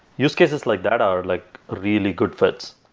use cases like that are like really good fits.